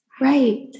Right